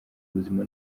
ubuzima